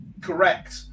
Correct